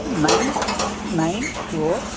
nine nine four